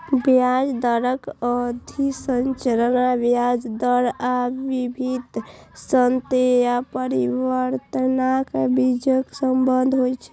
ब्याज दरक अवधि संरचना ब्याज दर आ विभिन्न शर्त या परिपक्वताक बीचक संबंध होइ छै